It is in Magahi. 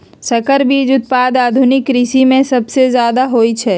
संकर बीज उत्पादन आधुनिक कृषि में सबसे जादे होई छई